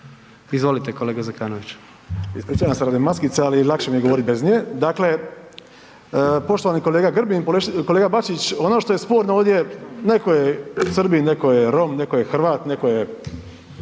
Izvolite kolega Zekanović.